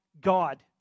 God